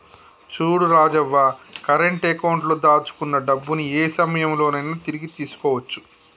చూడు Rajavva current account లో దాచుకున్న డబ్బుని ఏ సమయంలో నైనా తిరిగి తీసుకోవచ్చు